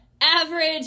average